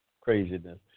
craziness